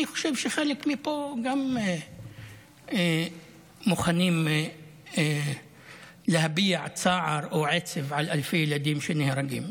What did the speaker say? אני חושב שחלק מפה גם מוכנים להביע צער או עצב על אלפי ילדים שנהרגים.